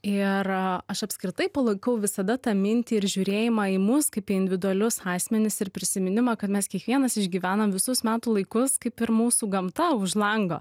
ir aš apskritai palaikau visada tą mintį ir žiūrėjimą į mus kaip į individualius asmenis ir prisiminimą kad mes kiekvienas išgyvenam visus metų laikus kaip ir mūsų gamta už lango